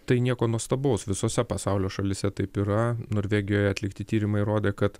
tai nieko nuostabaus visose pasaulio šalyse taip yra norvegijoje atlikti tyrimai rodė kad